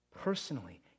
personally